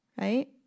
Right